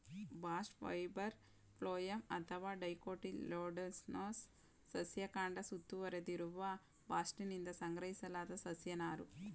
bast fibre phloem ಅಥವಾ dicotyledonous ಸಸ್ಯ ಕಾಂಡ ಸುತ್ತುವರೆದಿರುವ ಬಾಸ್ಟ್ನಿಂದ ಸಂಗ್ರಹಿಸಲಾದ ಸಸ್ಯ ನಾರು